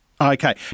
Okay